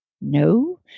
No